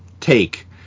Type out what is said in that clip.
take